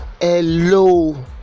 hello